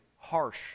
Harsh